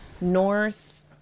north